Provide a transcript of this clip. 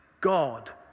God